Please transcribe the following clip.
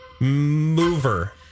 Mover